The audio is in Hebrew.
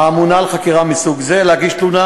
האמונה על חקירה מסוג זה, להגיש תלונה.